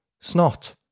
Snot